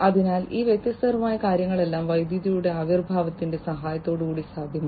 അതിനാൽ ഈ വ്യത്യസ്തമായ കാര്യങ്ങളെല്ലാം വൈദ്യുതിയുടെ ആവിർഭാവത്തിന്റെ സഹായത്തോടെ സാധ്യമായി